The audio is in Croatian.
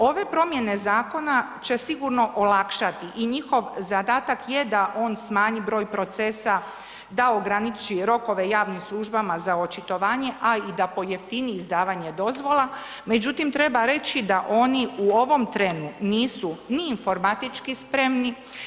Ove promjene zakona će sigurno olakšati i njihov zadatak je da on smanji broj procesa, da ograniči rokove javnim službama za očitovanje, a i da pojeftini izdavanje dozvola, međutim treba reći da oni u ovom trenu nisu ni informatički spremni.